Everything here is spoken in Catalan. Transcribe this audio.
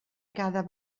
cada